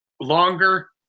longer